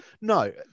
No